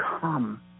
come